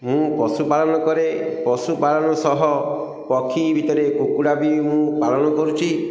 ମୁଁ ପଶୁପାଳନ କରେ ପଶୁପାଳନ ସହ ପକ୍ଷୀ ଭିତରେ କୁକୁଡ଼ା ବି ମୁଁ ପାଳନ କରୁଛି